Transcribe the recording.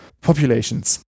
populations